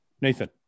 Nathan